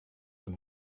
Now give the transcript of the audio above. but